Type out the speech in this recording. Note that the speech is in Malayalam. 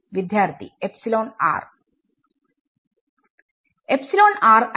വിദ്യാർത്ഥി എപ്സിലോൺ r അല്ല